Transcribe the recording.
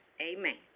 Amen